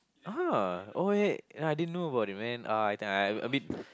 oh oh wait I didn't know about it man uh I think I a bit